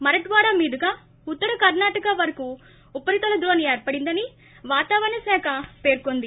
మరట్వాడా మీదుగా ఉత్తర కర్ణాటక వరకు ఉపరితల ద్రోణి ఏర్పడిందని వాతావరణ శాఖ పేర్కొంది